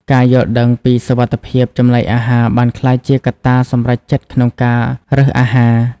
ការយល់ដឹងពីសុវត្ថិភាពចំណីអាហារបានក្លាយជាកត្តាសម្រេចចិត្តក្នុងការរើសអាហារ។